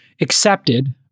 accepted